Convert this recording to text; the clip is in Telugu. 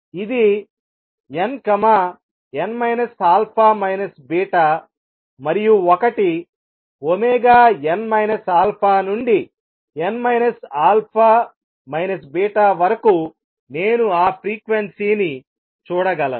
ఇది nn α β మరియు ఒకటి n α నుండి n α β వరకు నేను ఆ ఫ్రీక్వెన్సీ ని చూడగలను